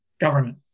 government